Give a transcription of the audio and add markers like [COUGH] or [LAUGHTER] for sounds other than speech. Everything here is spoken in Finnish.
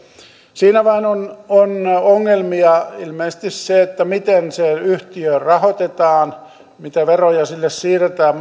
siinä vain on ongelmia ilmeisesti se miten se yhtiö rahoitetaan mitä veroja maksutuloja sille siirretään [UNINTELLIGIBLE]